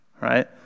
right